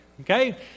okay